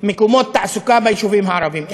מקומות תעסוקה ביישובים הערביים.